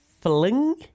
Fling